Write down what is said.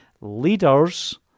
leaders